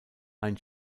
ein